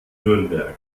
nürnberg